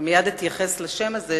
ומייד אתייחס לשם הזה,